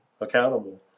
accountable